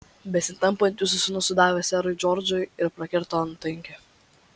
besitampant jūsų sūnus sudavė serui džordžui ir prakirto antakį